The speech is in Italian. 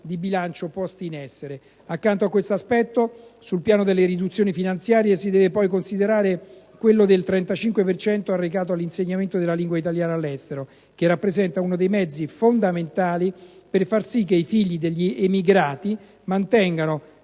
di bilancio posti in essere. Accanto a questo aspetto, sul piano delle riduzioni finanziarie, si deve poi considerare quello del 35 per cento arrecato all'insegnamento della lingua italiana all'estero, che rappresenta uno dei mezzi fondamentali per far sì che i figli degli emigrati mantengano